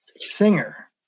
singer